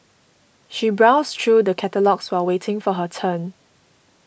she browsed through the catalogues while waiting for her turn